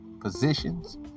positions